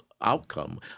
outcome